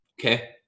okay